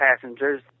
passengers